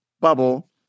bubble